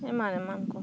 ᱮᱢᱟᱱ ᱮᱢᱟᱱ ᱠᱚ